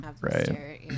Right